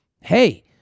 Hey